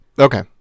Okay